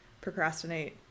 procrastinate